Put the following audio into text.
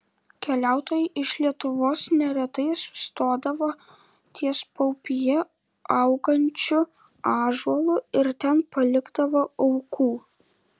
keliautojai iš lietuvos neretai sustodavo ties paupyje augančiu ąžuolu ir ten palikdavo aukų